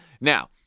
Now